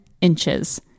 inches